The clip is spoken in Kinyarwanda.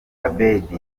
abeddy